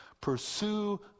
Pursue